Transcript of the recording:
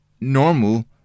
normal